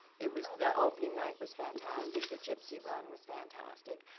it was, the opening night was fantastic, the gypsy run was fantastic,